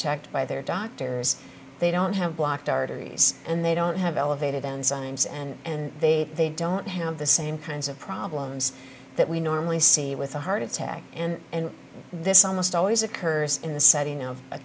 checked by their doctors they don't have blocked arteries and they don't have elevated and sometimes and they they don't have the same kinds of problems that we normally see with a heart attack and this almost always occurs in the setting